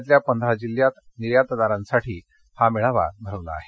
राज्यातल्या पंधरा जिल्ह्यांतील निर्यातदारांसाठी हा मेळावा भरविला आहे